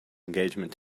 engagement